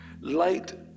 light